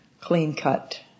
clean-cut